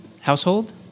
household